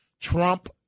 Trump